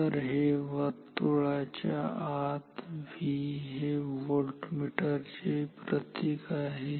तर हे वर्तुळाच्या आत V हे व्होल्टमीटर चे प्रतीक आहे